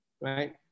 right